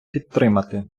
підтримати